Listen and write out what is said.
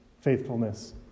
faithfulness